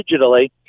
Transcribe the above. digitally